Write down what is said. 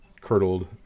curdled